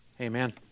Amen